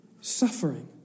suffering